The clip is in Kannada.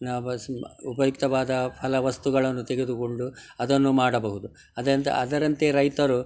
ನ ಬಸ್ ಉಪಯುಕ್ತವಾದ ಹಲ ವಸ್ತುಗಳನ್ನು ತೆಗೆದುಕೊಂಡು ಅದನ್ನು ಮಾಡಬಹುದು ಅದೆಂತ ಅದರಂತೆ ರೈತರು